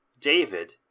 David